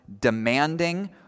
demanding